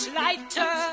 lighter